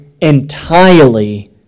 entirely